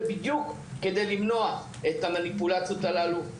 בדיוק כדי למנוע את המניפולציות האלה.